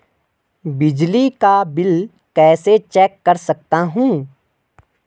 बिजली का बिल कैसे चेक कर सकता हूँ?